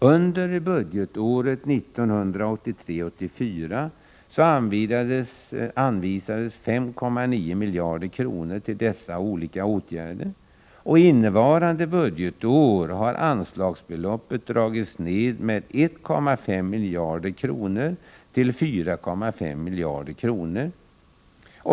Under budgetåret 1983/84 anvisades 5,9 miljarder kronor till dessa olika åtgärder. Innevarande budgetår har anslagsbeloppet dragits ned med 1,5 miljarder kronor till 4,5 miljarder kronor.